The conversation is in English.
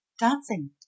dancing